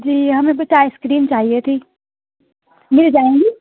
جی ہمیں بٹ ice cream چاہیے تھی مل جائیں گی